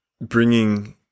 bringing